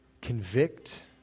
convict